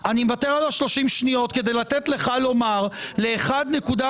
משאים ומתנים מאחורי הקלעים כשאף אחד לא ידוע.